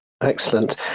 Excellent